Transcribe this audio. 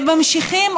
הם ממשיכים.